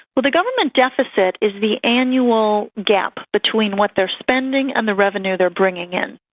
well, the government deficit is the annual gap between what they are spending and the revenue they are bringing in.